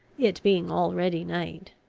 it being already night.